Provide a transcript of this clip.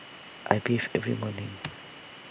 I bathe every morning